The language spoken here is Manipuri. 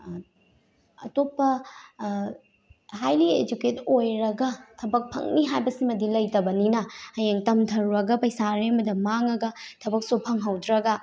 ꯑꯇꯣꯞꯄ ꯍꯥꯏꯂꯤ ꯏꯖꯨꯀꯦꯠ ꯑꯣꯏꯔꯒ ꯊꯕꯛ ꯐꯪꯅꯤ ꯍꯥꯏꯕꯁꯤꯃꯗꯤ ꯂꯩꯇꯕꯅꯤꯅ ꯍꯌꯦꯡ ꯇꯝꯊꯔꯨꯔꯒ ꯄꯩꯁꯥ ꯑꯔꯦꯝꯕꯗ ꯃꯥꯡꯉꯒ ꯊꯕꯛꯁꯨ ꯐꯪꯍꯧꯗ꯭ꯔꯒ